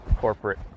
corporate